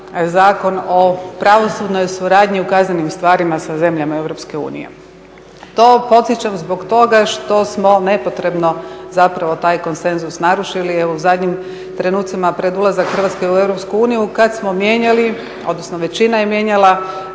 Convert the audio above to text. o pravosudnoj suradnji u kaznenim stvarima sa zemljama EU. To podsjećam zbog toga što smo nepotrebno zapravo taj konsenzus narušili, jer u zadnjim trenucima pred ulazak Hrvatske u EU kad smo mijenjali, odnosno većina je mijenjala